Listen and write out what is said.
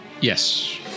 Yes